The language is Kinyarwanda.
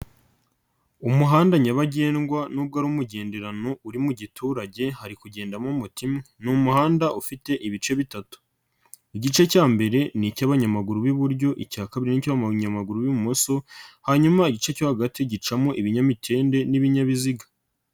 Umuhanda nyabagendwa nubwo ari umugenderano uri mu giturage hari kugendamo moto imwe, ni umuhanda ufite ibice bitatu, igice cya mbere ni icy'abanyamaguru b'iburyo, icya kabiri ni icy'abanyamaguru b'ibumoso, hanyuma igice cyo hagati gicamo ibinyamitende n'ibinyabiziga.